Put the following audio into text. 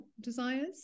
desires